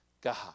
God